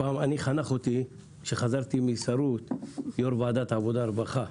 שחנך אותי כשחזרתי משרות, יו"ר ועדת עבודה ורווחה,